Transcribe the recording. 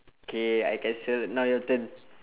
K I cancel now your turn